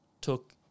took